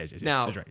now